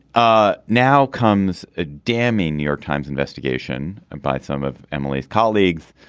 ah now comes a damning new york times investigation and by some of emily's colleagues